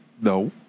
no